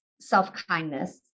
self-kindness